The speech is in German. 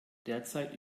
derzeit